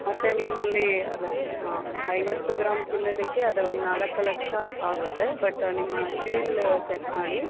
ಮತ್ತು ನಿಮ್ಮಲ್ಲಿ ಅದೇ ಐವತ್ತು ಗ್ರಾಮ್ ಚಿನ್ನಕ್ಕೆ ಅದು ಒಂದು ನಾಲ್ಕು ಲಕ್ಷ ಆಗುತ್ತೆ ಬಟ್ ನಿಮ್ಮ ಸಿವಿಲ್ ಚೆಕ್ ಮಾಡಿ